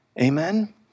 Amen